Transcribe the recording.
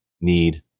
need